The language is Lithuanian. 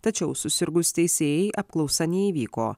tačiau susirgus teisėjai apklausa neįvyko